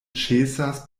ĉesas